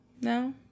No